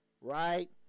Right